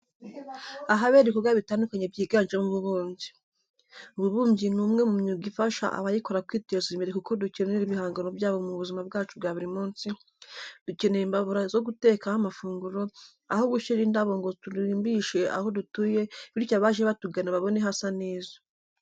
Ahabera ibikorwa bitandukanye byiganjemo ububumbyi. Ububumbyi ni umwe mu myuga ifasha abayikora kwiteza imbere kuko dukenera ibihangano byabo mu buzima bwacu bwa buri munsi. Dukenera imbabura zo gutekaho amafunguro, aho gushyira indabo ngo turimbishe aho dutuye bityo abaje batugana babone hasa neza.